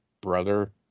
brother